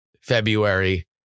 February